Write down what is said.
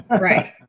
Right